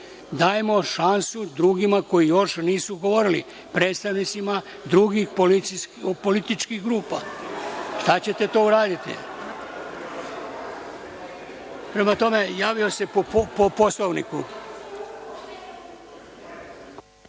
Dajmo šansu drugima koji još nisu govorili, predstavnicima drugih političkih grupa. Šta hoćete, to uradite. Javio se po Poslovniku.